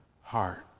heart